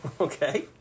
Okay